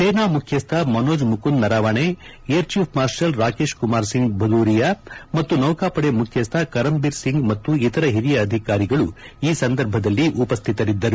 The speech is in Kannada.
ಸೇನಾ ಮುಖ್ಯಸ್ಥ ಮನೋಜ್ ಮುಕುಂದ್ ನರಾವಣೆ ಏರ್ಚೀಫ್ ಮಾರ್ಷಲ್ ರಾಕೇಶ್ ಕುಮಾರ್ ಸಿಂಗ್ ಭದೂರಿಯಾ ಮತ್ತು ನೌಕಾಪದೆ ಮುಖ್ಯಸ್ದ ಕರಂಬಿರ್ ಸಿಂಗ್ ಮತ್ತು ಇತರ ಹಿರಿಯ ಅಧಿಕಾರಿಗಳು ಈ ಸಂದರ್ಭದಲ್ಲಿ ಉಪಸ್ಥಿತರಿದ್ದರು